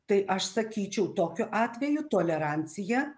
tai aš sakyčiau tokiu atveju tolerancija